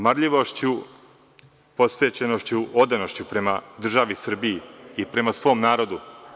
Marljivošću, posvećenošću, odanošću prema državi Srbiji i prema svom narodu.